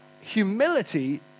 humility